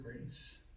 grace